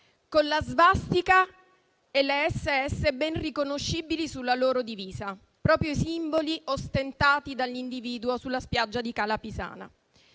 con la svastica e le SS ben riconoscibili sulla loro divisa, proprio i simboli ostentati dall'individuo sulla spiaggia di Cala Pisana.